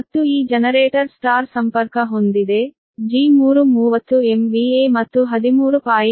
ಮತ್ತು ಈ generator Y star ಸಂಪರ್ಕ ಹೊಂದಿದೆ G3 30 MVA ಮತ್ತು 13